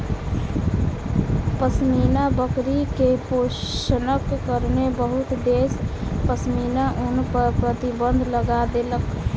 पश्मीना बकरी के शोषणक कारणेँ बहुत देश पश्मीना ऊन पर प्रतिबन्ध लगा देलक